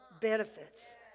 benefits